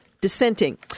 dissenting